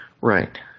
Right